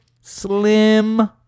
slim